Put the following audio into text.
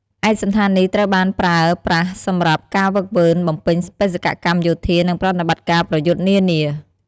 ឯកសណ្ឋាននេះត្រូវបានប្រើប្រាស់សម្រាប់ការហ្វឹកហ្វឺន បំពេញបេសកកម្មយោធា និងប្រតិបត្តិការប្រយុទ្ធនានា។